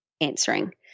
answering